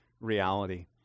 reality